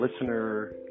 listener